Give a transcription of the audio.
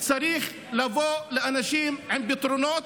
צריך לבוא אל אנשים עם פתרונות.